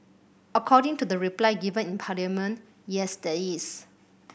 according to the reply given in Parliament yes there is